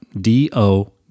D-O